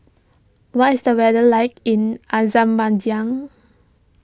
what is the weather like in Azerbaijan